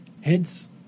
Heads